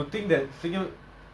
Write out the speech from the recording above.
wait do you play do you